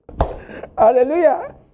Hallelujah